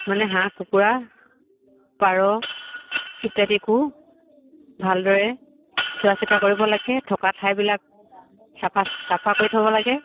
মানে হাঁহ কুকুৰা পাৰ ইত্যাদিকো ভালদৰে চোৱা চিতা কৰিব লাগে থকা ঠাইবিলাক চাফা চাফা কৰি থ'ব লাগে